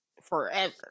forever